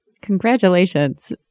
Congratulations